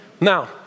Now